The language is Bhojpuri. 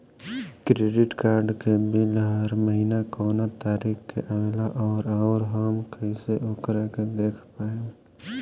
क्रेडिट कार्ड के बिल हर महीना कौना तारीक के आवेला और आउर हम कइसे ओकरा के देख पाएम?